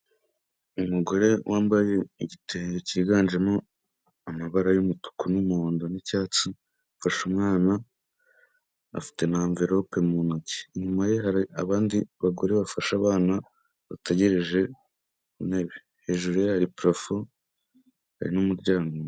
Umugore wambaye igitenge cyiganjemo amabara y'umutuku n'umuhondo n'icyatsi, afashe umwana afite na amvelope mu ntoki. Inyuma ye hari abandi bagore bafashe abana bategereje intebe. Hejuru ye hari parafo hari n'umuryango.